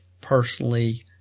personally